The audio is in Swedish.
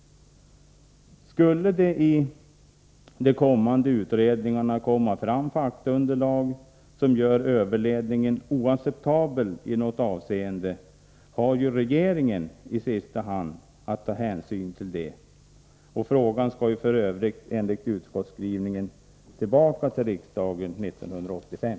Skulle det i de kommande utredningarna komma fram faktaunderlag som gör överledningen oacceptabel i något avseende har ju regeringen att i sista hand ta ställning till detta. Frågan skall f. ö., enligt utskottets skrivning, tillbaka till riksdagen 1985.